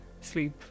sleep